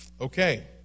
Okay